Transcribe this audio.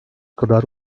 kadar